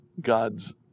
God's